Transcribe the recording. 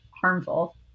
harmful